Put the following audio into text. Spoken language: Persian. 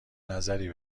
نظری